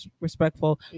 respectful